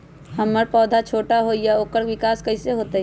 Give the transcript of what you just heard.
हमर पौधा छोटा छोटा होईया ओकर विकास कईसे होतई?